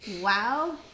wow